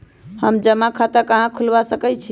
हम जमा खाता कहां खुलवा सकई छी?